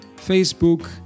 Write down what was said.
Facebook